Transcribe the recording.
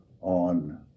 on